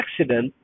accident